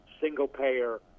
single-payer